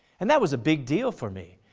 and that was a big deal for me.